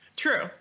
True